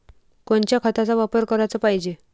कोनच्या खताचा वापर कराच पायजे?